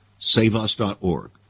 saveus.org